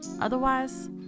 Otherwise